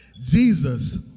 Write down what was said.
Jesus